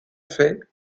fait